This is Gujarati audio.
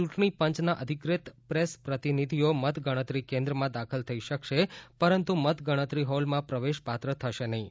ચૂંટણી પંચના અધિકૃત પ્રેસ પ્રતિનિધિઓ મત ગણતરી કેન્દ્રમાં દાખલ થઈ શકશે પરંતુ મતગણતરી હોલમાં પ્રવેશ પાત્ર થશે નહીં